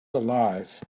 alive